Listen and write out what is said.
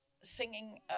singing